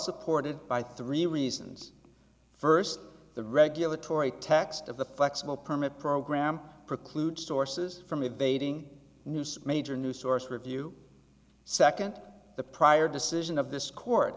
supported by three reasons first the regulatory text of the flexible permit program precludes sources from the bating news major new source review second the prior decision of this court